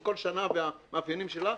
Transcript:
כל שנה והמאפיינים שלה,